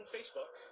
Facebook